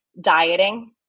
dieting